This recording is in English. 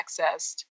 accessed